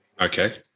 Okay